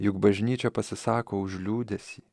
juk bažnyčia pasisako už liūdesį